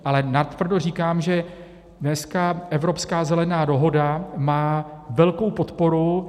Ale proto říkám, že dneska má evropská Zelená dohoda velkou podporu.